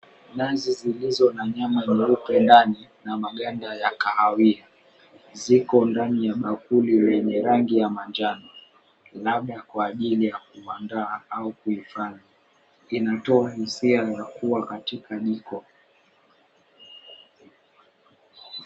Nazi zilizo na nyama nyeupe ndani na maganda ya kahawia ziko ndani ya bakuli lenye rangi ya manjano, labda kwa ajili ya kuandaa au kuhifadhi inatoka hisia ya kuwa katika jiko.